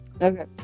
Okay